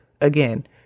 Again